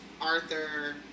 Arthur